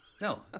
No